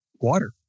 water